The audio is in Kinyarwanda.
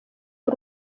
b’u